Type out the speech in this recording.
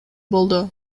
болду